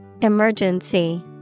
Emergency